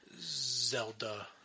Zelda